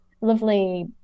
lovely